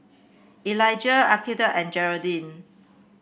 Elijah Akeelah and Gearldine